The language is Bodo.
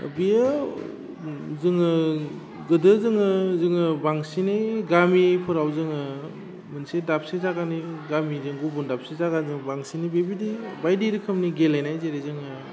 बियो जोङो गोदो जोङो जोङो बांसिनै गामिफोराव जोङो मोनसे दाबसे जागानि गामिजों गुबुन दाबसे जागाजों बांसिनै बेबादि बायदि रोखोमनि गेलेनाय जेरै जोङो